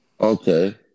Okay